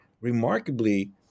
remarkably